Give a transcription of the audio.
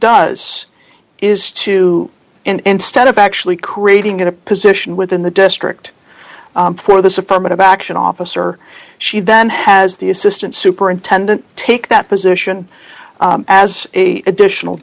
does is to instead of actually creating a position within the district for this affirmative action officer she then has the assistant superintendent take that position as a additional